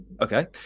Okay